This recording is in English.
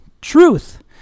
truth